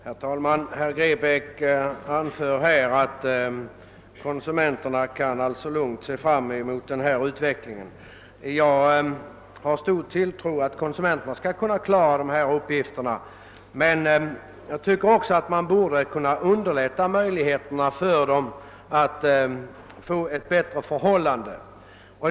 Herr talman! Herr Grebäck anförde att konsumenterna lugnt kan se fram emot utvecklingen på detta område. Jag hyser stark tilltro till konsumenternas förmåga att klara de här uppgifterna men tycker att man borde kunna underlätta för dem genom att åstadkomma ett bättre förhållande.